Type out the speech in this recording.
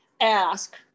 ask